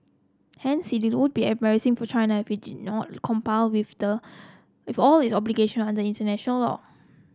hence it would be embarrassing for China if it did not with the with all of its obligation under international law